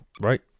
right